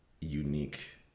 unique